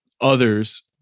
others